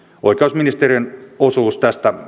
oikeusministeriön osuus tästä